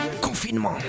Confinement